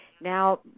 now